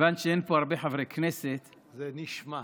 כיוון שאין פה הרבה חברי כנסת, זה נשמע.